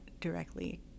directly